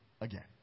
again